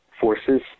forces